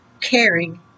caring